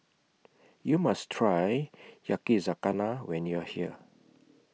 YOU must Try Yakizakana when YOU Are here